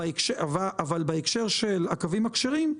בהקשר של הקווים הכשרים,